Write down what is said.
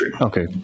okay